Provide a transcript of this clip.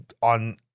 on